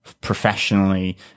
professionally